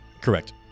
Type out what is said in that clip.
Correct